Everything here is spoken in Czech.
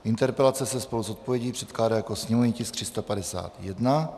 Interpelace se spolu s odpovědí předkládá jako sněmovní tisk 351.